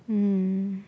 um